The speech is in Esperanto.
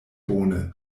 bone